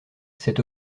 cet